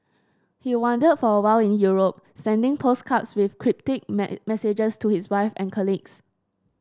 he wandered for a while in Europe sending postcards with cryptic messages to his wife and colleagues